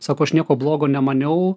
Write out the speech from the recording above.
sako aš nieko blogo nemaniau